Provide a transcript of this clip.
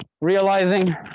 realizing